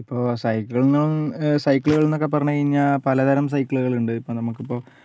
ഇപ്പോൾ സൈക്കിള് എന്ന് സൈക്കിളുകളെന്നൊക്കേ പറഞ്ഞുകഴിഞ്ഞാൽ പലതരം സൈക്കിളുകളുണ്ട് ഇപ്പം നമുക്കിപ്പം